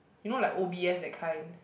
you know like o_b_s that kind